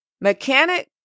mechanic